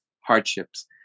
hardships